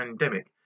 pandemic